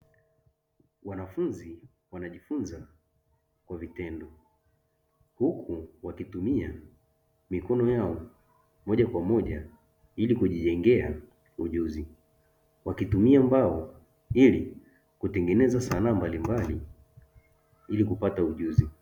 Wanafunzi wanajifunza kwa vitendo, huku wakitumia mikono yao moja kwa moja ili kujijengea ujuzi. Wakitumia mbao ili kutengeneza sanaa mbalimbali ili kupata ujuzi.